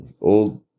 old